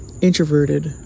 introverted